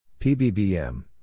PBBM